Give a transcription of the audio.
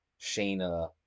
Shayna